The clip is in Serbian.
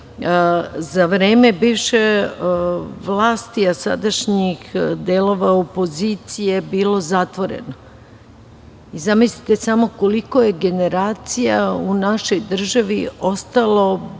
za vreme bivše vlasti, a sadašnjih delova opozicije bio zatvoreno. Zamislite samo koliko je generacija u našoj državi ostalo